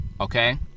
Okay